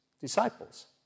disciples